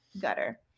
gutter